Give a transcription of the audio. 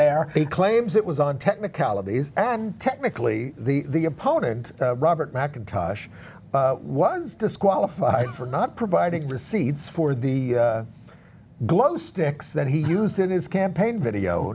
there he claims it was on technicalities and technically the the opponent robert mackintosh was disqualified for not providing receipts for the glow sticks that he used in his campaign video